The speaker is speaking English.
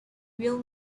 real